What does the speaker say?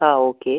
ആ ഓക്കേ